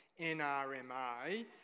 NRMA